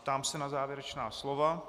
Ptám se na závěrečná slova.